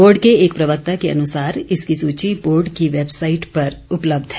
board के एक प्रवक्ता के अनुसार इसकी सूची बोर्ड की वैबसाईट पर उपलब्ध है